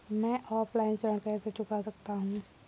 मैं ऑफलाइन ऋण कैसे चुका सकता हूँ?